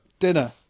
Dinner